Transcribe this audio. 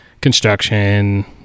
construction